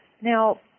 Now